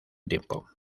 tiempo